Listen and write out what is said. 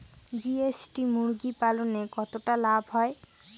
GST মুরগি পালনে কতটা লাভ হয়?